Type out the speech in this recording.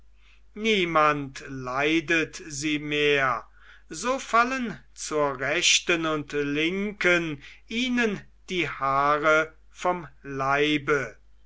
niemand leidet sie mehr so fallen zur rechten und linken ihnen die haare vom leibe